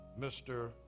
Mr